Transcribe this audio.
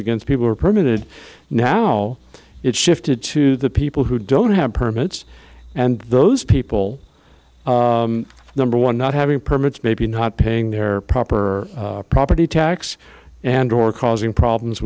against people are permitted now it's shifted to the people who don't have permits and those people number one not having permits maybe not paying their proper property tax and or causing problems